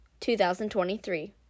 2023